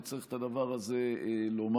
וצריך את הדבר הזה לומר.